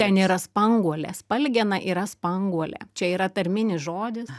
ten yra spanguolės spalgena yra spanguolė čia yra tarminis žodis